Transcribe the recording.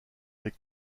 des